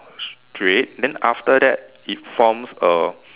straight then after that it forms a